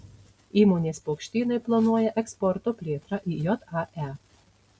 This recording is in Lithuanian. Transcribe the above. įmonės paukštynai planuoja eksporto plėtrą į jae